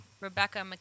Rebecca